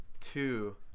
two